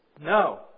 No